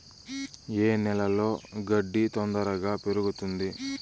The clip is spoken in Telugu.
ఏ నేలలో గడ్డి తొందరగా పెరుగుతుంది